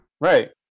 right